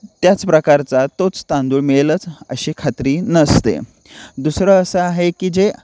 त्याच प्रकारचा तोच तांदूळ मिळेलच अशी खात्री नसते दुसरं असं आहे की जे